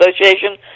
Association